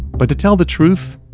but to tell the truth,